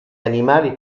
animali